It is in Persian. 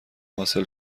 حاصل